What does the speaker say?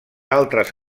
altres